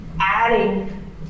adding